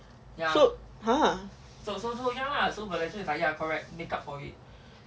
so har